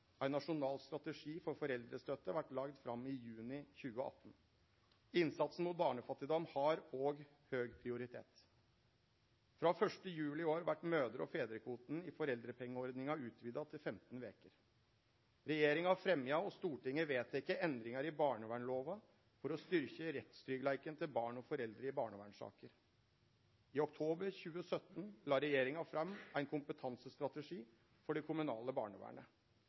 Innsatsen mot barnefattigdom har òg høg prioritet. Frå 1. juli i år vart mødre- og fedrekvoten i foreldrepengeordninga utvida til 15 veker. Regjeringa har fremja og Stortinget vedteke endringar i barnevernslova for å styrkje rettstryggleiken til barn og foreldre i barnevernssaker. I oktober 2017 la regjeringa fram ein kompetansestrategi for det kommunale barnevernet.